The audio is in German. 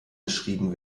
beschrieben